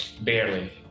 Barely